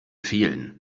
fehlen